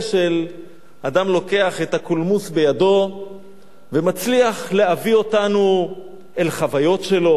שאדם לוקח את הקולמוס בידו ומצליח להביא אותנו אל חוויות שלו,